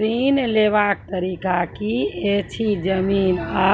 ऋण लेवाक तरीका की ऐछि? जमीन आ